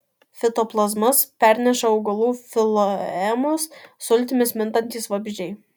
fitoplazmas perneša augalų floemos sultimis mintantys vabzdžiai